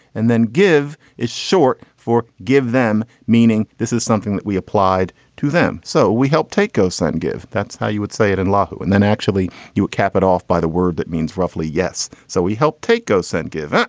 and then give it short for. give them meaning. this is something that we applied to them. so we help take. go, son, give. that's how you would say it in lahore. and then actually you cap it off by the word. that means roughly. yes. so we helped take go send, give. and